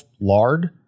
lard